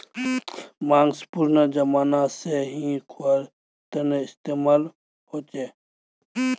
माँस पुरना ज़माना से ही ख्वार तने इस्तेमाल होचे